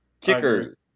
Kicker